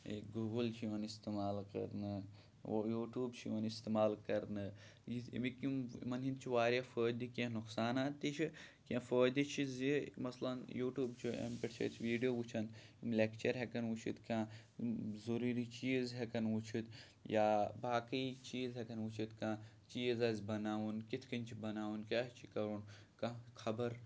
A Google چھِ یِوان استعمال کَرنہٕ یوٗٹوٗب چھِ یِوان استعمال کَرنہٕ یِتھ امِکۍ یِم یِمَن ہِنٛدۍ چھِ واریاہ فٲیِدٕ کینٛہہ نۄقصانات تہِ چھِ کینٛہہ فٲیِدٕ چھِ زِ مثلن یوٗٹوٗب چھُ اَمہِ پٮ۪ٹھ چھِ أسۍ ویٖڑیو وٕچھان یِم لیکچَر ہٮ۪کان وٕچھِتھ کانٛہہ یِم ضٔروٗری چیٖز ہٮ۪کان وٕچھِتھ یا باقٕے چیٖز ہٮ۪کان وٕچھِتھ کانٛہہ چیٖز آسہِ بَناوُن کِتھ کٔنۍ چھِ بَناوُن کیٛاہ چھِ کَرُن کانٛہہ خبر